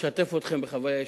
אשתף אתכם בחוויה אישית.